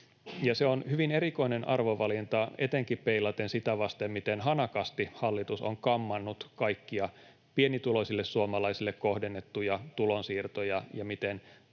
Se on hyvin erikoinen arvovalinta etenkin peilaten sitä vasten, miten hanakasti hallitus on kammannut kaikkia pienituloisille suomalaisille kohdennettuja tulonsiirtoja